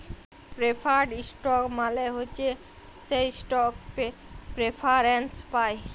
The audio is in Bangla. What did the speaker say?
প্রেফার্ড ইস্টক মালে হছে সে ইস্টক প্রেফারেল্স পায়